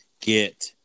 get